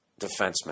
defenseman